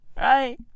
Right